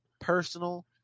Personal